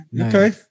Okay